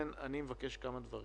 אני מבקש כמה דברים.